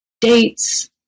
dates